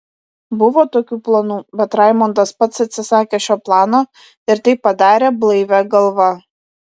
buvo tokių planų bet raimondas pats atsisakė šio plano ir tai padarė blaivia galva